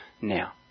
now